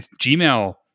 Gmail